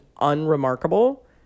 unremarkable